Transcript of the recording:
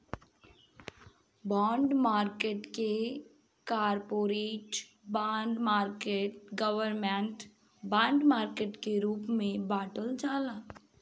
bond market के corporate bond market government bond market के रूप में बॉटल जाला